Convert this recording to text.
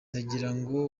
ndagirango